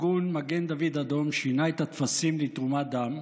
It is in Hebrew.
ארגון מגן דוד אדום שינה את הטפסים לתרומת דם,